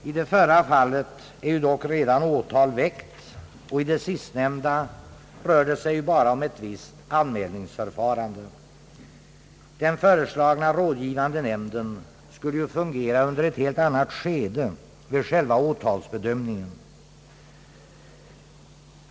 I det förra fallet är ju dock åtal redan väckt, och i det sistnämnda rör det sig bara om ett visst anmälningsförfarande. Den föreslagna rådgivande nämnden skulle fungera under ett helt annat skede, vid själva åtalsbedömningen.